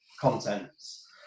contents